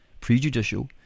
prejudicial